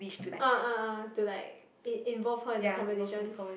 uh uh uh to like involve her in the conversation